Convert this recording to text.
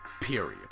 period